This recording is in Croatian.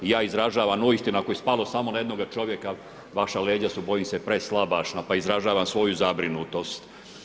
I ja izražavam uistinu ako je spalo samo na jednoga čovjeka, vaša leđa su bojim se preslabašna pa izražavam svoju zabrinutost.